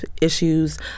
issues